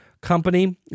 Company